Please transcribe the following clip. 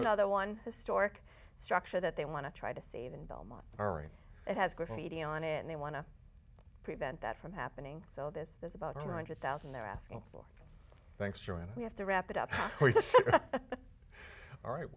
another one historic structure that they want to try to save in belmont during it has graffiti on it and they want to prevent that from happening so this is about two hundred thousand they're asking for thanks sean we have to wrap it up all right